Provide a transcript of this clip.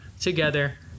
together